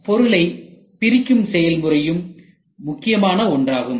பொருட்களை பிரிக்கும் செயல்முறையும் முக்கியமான ஒன்றாகும்